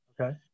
Okay